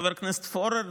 חבר הכנסת פורר,